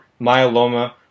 myeloma